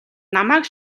намайг